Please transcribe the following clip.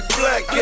black